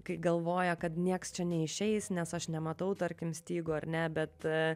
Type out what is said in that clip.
kai galvoja kad nieks čia neišeis nes aš nematau tarkim stygų ar ne bet a